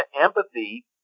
Empathy